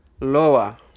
lower